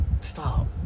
Stop